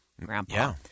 grandpa